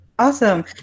Awesome